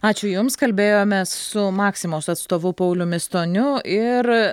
ačiū jums kalbėjomės su maksimos atstovu pauliumi stoniu ir